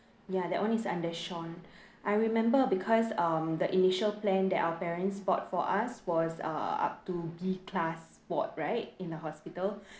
ya that [one] is under shawn I remember because um the initial plan that our parents bought for us was uh up to B class ward right in the hospital